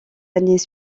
années